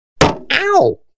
Ow